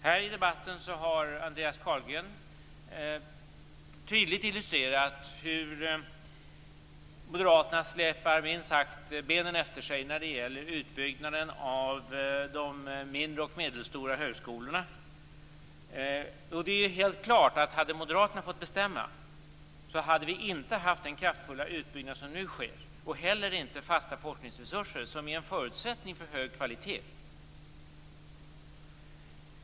Här i debatten har Andreas Carlgren tydligt illustrerat hur Moderaterna minst sagt släpar benen efter sig när det gäller utbyggnaden av de mindre och medelstora högskolorna. Det är helt klart att om Moderaterna hade fått bestämma hade vi inte haft den kraftfulla utbyggnad som nu sker och inte heller fasta forskningsresurser, vilket är en förutsättning för hög kvalitet.